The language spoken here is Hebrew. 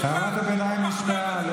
הערת הביניים נשמעה.